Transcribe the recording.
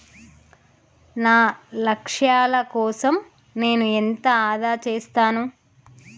నా లక్ష్యాల కోసం నేను ఎంత ఆదా చేస్తాను?